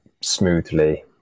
smoothly